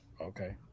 okay